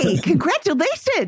Congratulations